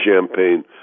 champagne